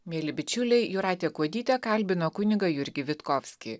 mieli bičiuliai jūratė kuodytė kalbino kunigą jurgį vitkovskį